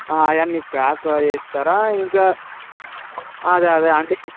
అవి అన్నీ ప్యాక్ వేస్తారా ఇంకా అదే అదే అందుకే